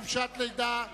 של